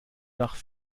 nach